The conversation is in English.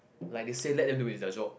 like they say let them do it it's their job